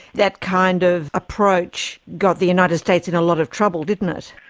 that kind of approach got the united states in a lot of trouble, didn't it?